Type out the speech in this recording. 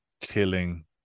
killing